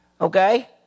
Okay